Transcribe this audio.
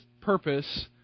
purpose